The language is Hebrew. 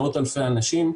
מאות אלפי אנשים,